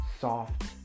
soft